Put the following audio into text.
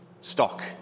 stock